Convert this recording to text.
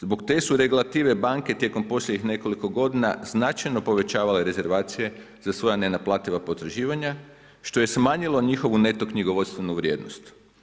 Zbog te su regulative banke tijekom posljednjih nekoliko godina značajno povećavale rezervacije za svoja nenaplativa potraživanja, što je smanjilo njihovu neto knjigovodstvenu vrijednost.